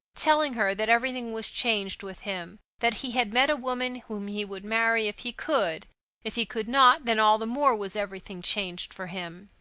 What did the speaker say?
telling her that everything was changed with him that he had met a woman whom he would marry if he could if he could not, then all the more was everything changed for him.